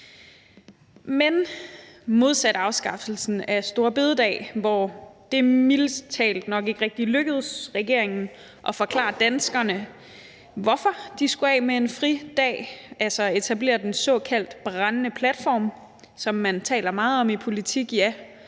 Men modsat afskaffelsen af store bededag, hvor det mildest talt nok ikke rigtig lykkedes regeringen at forklare danskerne, hvorfor de skulle af med en fridag, altså at etablere den såkaldt brændende platform, som man taler meget om i politik, ja,